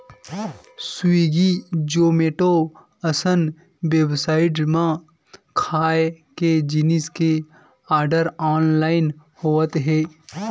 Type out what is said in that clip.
Swiggy, Zomato असन website म खाए के जिनिस के आरडर ऑनलाइन होवत हे